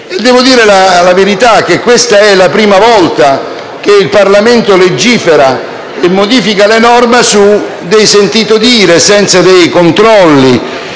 Devo dire la verità: questa è la prima volta che il Parlamento legifera e modifica la norma su dei «sentito dire», senza dei controlli